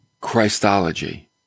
Christology